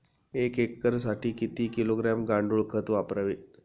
एक एकरसाठी किती किलोग्रॅम गांडूळ खत वापरावे?